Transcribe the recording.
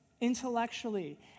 intellectually